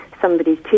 somebody's